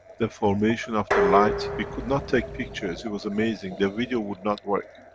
the formation of the lights. we could not take pictures, it was amazing, the video would not work.